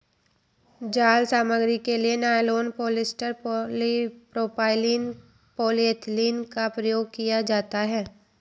जाल सामग्री के लिए नायलॉन, पॉलिएस्टर, पॉलीप्रोपाइलीन, पॉलीएथिलीन का उपयोग किया जाता है